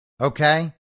okay